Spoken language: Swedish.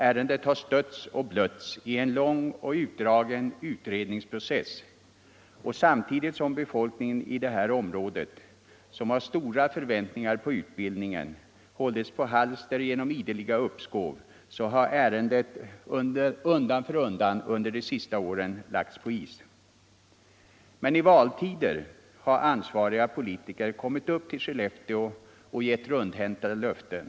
Ärendet har stötts och blötts i en lång och utdragen utredningsprocess, och samtidigt som befolkningen i detta område, som har stora förväntningar på utbildningen, hålls på halster genom ideliga uppskov har ärendet undan för undan under de senaste åren lagts på is. Men i valtider har ansvariga politiker kommit upp till Skellefteå och givit rundhänta löften.